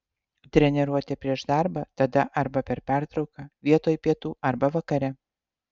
treniruotė prieš darbą tada arba per pertrauką vietoj pietų arba vakare